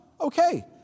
Okay